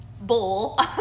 bowl